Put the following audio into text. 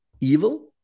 evil